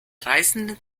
reisenden